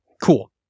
cool